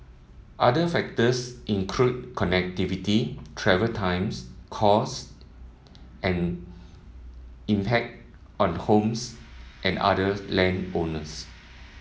other factors include connectivity travel times cost and impact on homes and other land owners